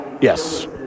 Yes